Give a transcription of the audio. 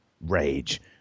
rage